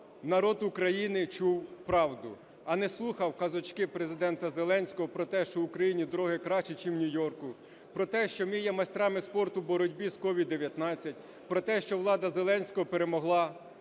народ України чув правду, а не слухав казочки Президента Зеленського про те, що в Україні дороги кращі ніж в Нью-Йорку, про те, що ми є майстрами спорту в боротьбі з COVID-19, про те, що влада Зеленського перемогла